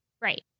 right